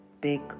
big